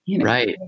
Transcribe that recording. Right